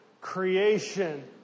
Creation